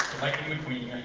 lightning mcqueen.